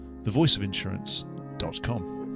thevoiceofinsurance.com